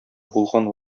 булган